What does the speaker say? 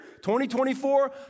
2024